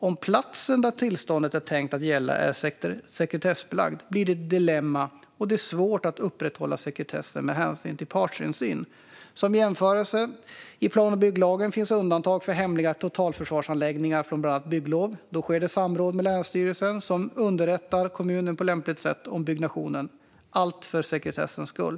Om platsen där tillståndet är tänkt att gälla är sekretessbelagd blir det ett dilemma, och det är svårt att upprätthålla sekretessen med hänsyn till partsinsyn. Som jämförelse: I plan och bygglagen finns undantag för hemliga totalförsvarsanläggningar från bland annat bygglov. Då sker samråd med länsstyrelsen, som på lämpligt sätt underrättar kommunen om byggnationen - allt för sekretessens skull.